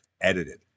edited